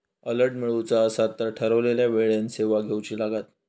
alert मिळवुचा असात तर ठरवलेल्या वेळेन सेवा घेउची लागात